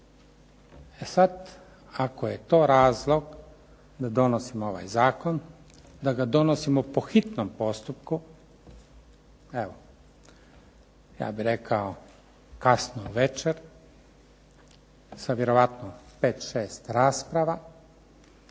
E sad, ako je to razlog da donosimo ovaj Zakon, da ga donosimo po hitnom postupku, evo ja bih rekao kasno u večer sa vjerojatno pet, šest rasprava